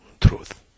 truth